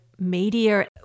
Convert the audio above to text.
Media